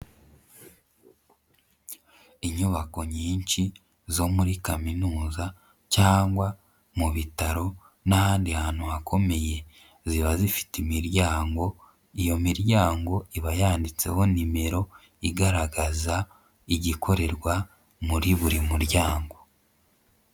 Inyubako nyinshi zo muri Kaminuza cyangwa mu bitaro n'ahandi hantu hakomeye, ziba zifite imiryango, iyo miryango iba yanditseho nimero igaragaza igikorerwa muri buri muryango.